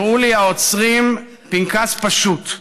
הראו לי האוצרים פנקס פשוט.